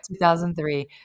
2003